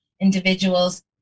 individuals